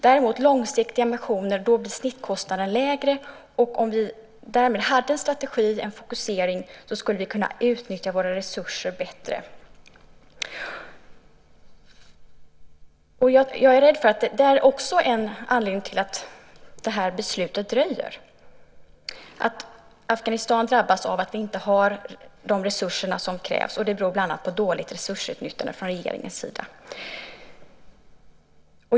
Vid långsiktiga missioner blir däremot snittkostnaden lägre. Om vi hade en strategi och en fokusering skulle vi därmed kunna utnyttja våra resurser bättre. Jag är rädd att också detta är en anledning till att det här beslutet dröjer. Afghanistan drabbas av att vi inte har de resurser som krävs, och det beror bland annat på dåligt resursutnyttjande från regeringens sida.